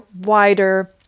wider